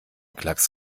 klacks